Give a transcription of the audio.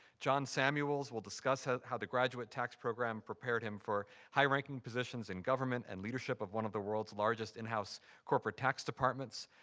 john samuels will discuss how how the graduate tax program prepared him for high-ranking positions in government and leadership of one of the world's largest in-house corporate tax departments.